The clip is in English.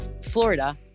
Florida